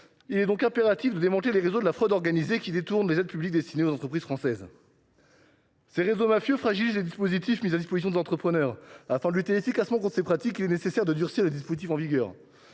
Il est donc impératif de démanteler les réseaux de la fraude organisée qui détournent les aides publiques destinées aux entreprises françaises. Ces réseaux mafieux fragilisent les dispositifs mis à disposition des entrepreneurs. Afin de lutter efficacement contre ces pratiques, il est nécessaire de durcir les dispositifs en vigueur.